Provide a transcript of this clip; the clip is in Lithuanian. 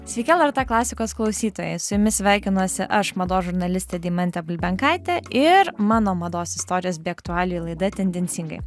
sveiki lrt klasikos klausytojai su jumis sveikinuosi aš mados žurnalistė deimantė bulbenkaitė ir mano mados istorijos bei aktualijų laida tendencingai